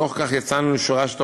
בתוך כך יצאנו לשורה של תוכניות,